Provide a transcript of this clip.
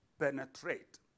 Penetrate